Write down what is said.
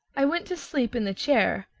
i went to sleep in the chair,